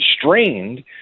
constrained